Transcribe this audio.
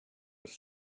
was